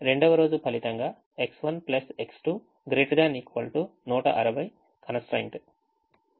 2వ రోజు ఫలితంగా X1 X2 ≥ 160 constraint